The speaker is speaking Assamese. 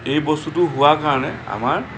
এই বস্তুটো হোৱা কাৰণে আমাৰ